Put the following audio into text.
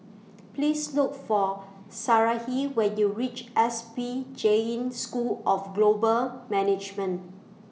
Please Look For Sarahi when YOU REACH S P Jain School of Global Management